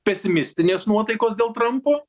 pesimistinės nuotaikos dėl trampo